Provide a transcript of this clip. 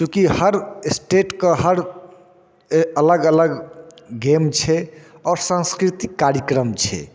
देखिऔ हर स्टेटके हर ए अलग अलग गेम छै आओर सांस्कृतिक कार्यक्रम छै